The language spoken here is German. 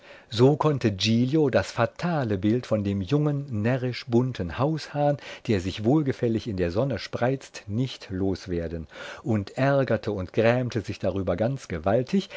so konnte giglio das fatale bild von dem jungen närrisch bunten haushahn der sich wohlgefällig in der sonne spreizt nicht los werden und ärgerte und grämte sich darüber ganz gewaltig